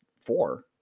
four